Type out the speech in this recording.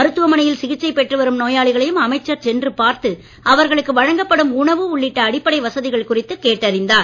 மருத்துவமனையில் சிகிச்சை பெற்றுவரும் நோயாளிகளையும் அமைச்சர் சென்று பார்த்து அவர்களுக்கு வழங்கப்படும் உணவு உள்ளிட்ட அடிப்படை வசதிகள் குறித்து கேட்டறிந்தார்